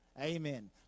Amen